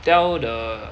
tell the